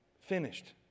Finished